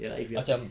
ya if you are